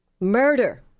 Murder